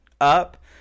Up